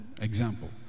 Example